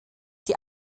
die